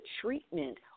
treatment